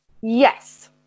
Yes